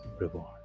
reward